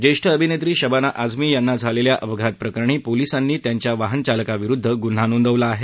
ज्येष्ठ अभिनेत्री शबाना आझमी यांना झालेल्या अपघातप्रकरणी पोलिसांनी त्यांच्या वाहन चालकाविरुद्ध गुन्हा नोंदवला आहे